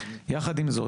יחד עם זאת,